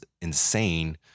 insane